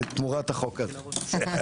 התשפ"ג-2023,